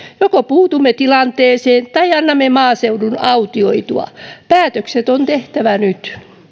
joko puutumme tilanteeseen tai annamme maaseudun autioitua päätökset on tehtävä nyt